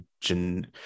gen